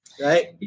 right